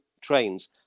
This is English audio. Trains